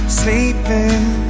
sleeping